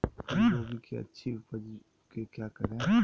फूलगोभी की अच्छी उपज के क्या करे?